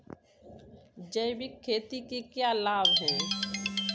जैविक खेती के क्या लाभ हैं?